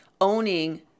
owning